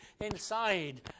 inside